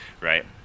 Right